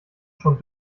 schon